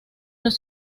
los